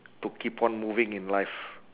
to keep on moving in life